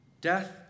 Death